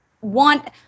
want